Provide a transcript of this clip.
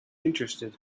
interested